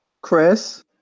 Chris